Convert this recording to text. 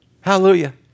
Hallelujah